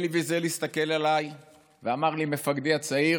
אלי ויזל הסתכל עליי ואמר לי: מפקדי הצעיר,